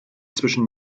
zwischen